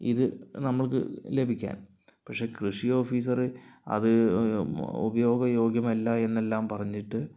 ഇത് നമ്മൾക്ക് ലഭിക്കാൻ പക്ഷേ കൃഷി ഓഫീസർ അത് ഉപയോഗയോഗ്യമല്ല എന്നെല്ലാം പറഞ്ഞിട്ട്